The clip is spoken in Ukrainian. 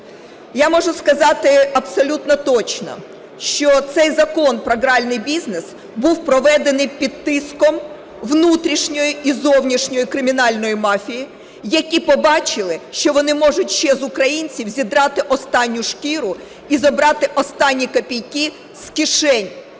Я можу сказати абсолютно точно, що цей Закон про гральний бізнес був проведений під тиском внутрішньої і зовнішньої кримінальної мафії, які побачили, що вони можуть ще з українців "зідрати останню шкіру" і забрати останні копійки з кишень